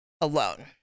alone